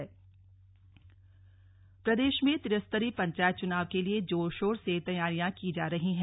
त्रिस्तरीय पंचायत चुनाव प्रदेश में त्रिस्तरीय पंचायत चुनाव के लिए जोरशोर से तैयारियां की जा रही है